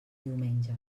diumenge